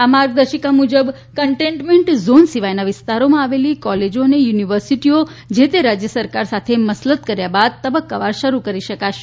આ માર્ગદર્શિકા મુજબ કન્ટેન્ટમેન્ટ ઝોન સિવાયનાં વિસ્તારોમાં આવેલી કોલેજો અને યુનિવર્સિટીઓ જેતે રાજ્ય સરકારે સાથે મસલત કર્યા બાદ તબક્કાવાર શરૂ કરી શકાશે